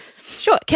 Sure